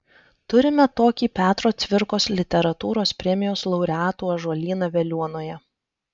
turime tokį petro cvirkos literatūros premijos laureatų ąžuolyną veliuonoje